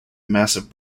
massive